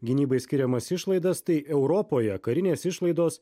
gynybai skiriamas išlaidas tai europoje karinės išlaidos